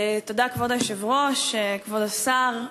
תודה, כבוד היושב-ראש, כבוד השר,